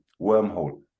wormhole